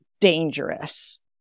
dangerous